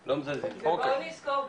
בואו נזכור בסוף,